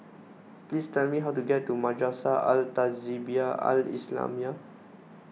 please tell me how to get to Madrasah Al Tahzibiah Al Islamiah